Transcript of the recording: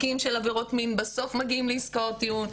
תיקים של עבירות מין בסוף מגיעים לעסקאות טיעון,